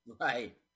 Right